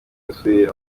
yasuye